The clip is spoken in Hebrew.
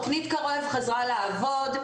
תוכנית קרב חזרה לעבוד.